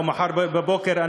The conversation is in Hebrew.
או מחר בבוקר,